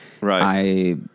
right